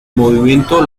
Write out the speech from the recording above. movimiento